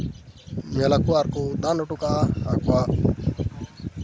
ᱧᱮᱞ ᱟᱠᱚ ᱟᱨ ᱠᱚ ᱫᱟᱱ ᱦᱚᱴᱚ ᱠᱟᱜᱼᱟ ᱟᱠᱚᱣᱟᱜ